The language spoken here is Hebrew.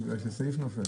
בגלל שהסעיף נופל.